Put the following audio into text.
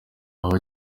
aho